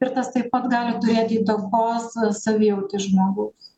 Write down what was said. ir tas taip pat gali turėt įtakos savijautai žmogaus